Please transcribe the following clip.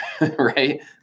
right